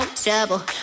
trouble